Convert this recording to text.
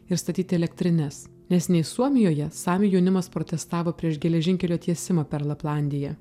ir statyti elektrines neseniai suomijoje samių jaunimas protestavo prieš geležinkelio tiesimą per laplandiją